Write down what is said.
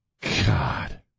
God